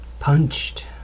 punched